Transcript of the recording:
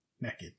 naked